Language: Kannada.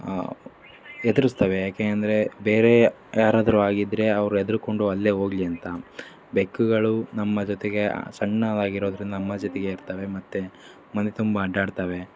ಹೆದರ್ಸ್ತವೆ ಯಾಕೆ ಅಂದರೆ ಬೇರೆ ಯಾರಾದರೂ ಆಗಿದ್ದರೆ ಅವ್ರು ಹೆದ್ರಿಕೊಂಡು ಅಲ್ಲೇ ಹೋಗ್ಲಿ ಅಂತ ಬೆಕ್ಕುಗಳು ನಮ್ಮ ಜೊತೆಗೆ ಸಣ್ಣ ಆಗಿರೋದ್ರಿಂದ ನಮ್ಮ ಜೊತೆಗೆ ಇರ್ತವೆ ಮತ್ತು ಮನೆ ತುಂಬ ಆಟಾಡ್ತವೆ